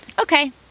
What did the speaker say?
okay